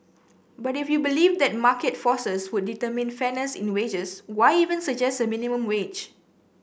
but if you believe that market forces would determine fairness in wages why even suggest a minimum wage